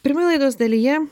pirmoje laidos dalyje